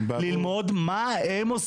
השאלה הבאה, מה המניע שבעטיו אתם לא